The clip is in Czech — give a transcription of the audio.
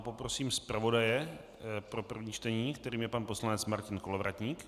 Poprosím zpravodaje pro první čtení, kterým je pan poslanec Martin Kolovratník.